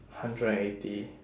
hundred and eighty